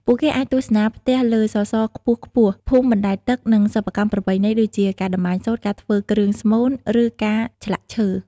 ពួកគេអាចទស្សនាផ្ទះលើសសរខ្ពស់ៗ ភូមិបណ្តែតទឹក និងសិប្បកម្មប្រពៃណីដូចជា ការតម្បាញសូត្រ ការធ្វើគ្រឿងស្មូន ឬការឆ្លាក់ឈើ។